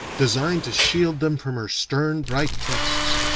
designed to shield them from her stern, bright tests!